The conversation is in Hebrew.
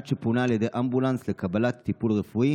עד שפונה על ידי אמבולנס לקבלת טיפול רפואי,